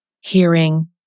hearing